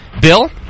Bill